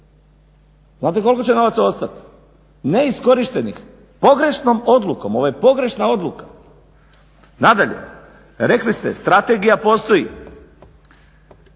Znate koliko će novaca ostati neiskorištenih pogrešnom odlukom? Ovo je pogrešna odluka. Nadalje, rekli ste strategija postoji.